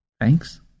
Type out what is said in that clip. Thanks